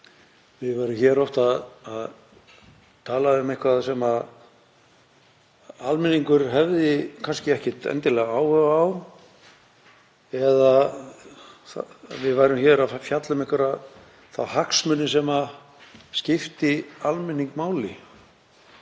Við værum hér oft að tala um eitthvað sem almenningur hefði kannski ekkert endilega áhuga á eða að við værum ekki að fjalla um hagsmuni sem skipta almenning máli.